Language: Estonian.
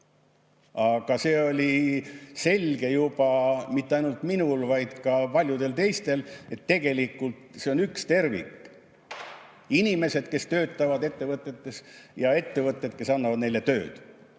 Aga see oli selge juba mitte ainult mulle, vaid ka paljudele teistele, et tegelikult see on üks tervik: inimesed, kes töötavad ettevõtetes, ja ettevõtted, kes annavad neile tööd.